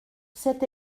c’est